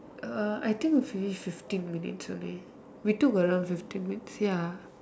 uh I think we finish fifteen minutes only we took around fifteen minutes ya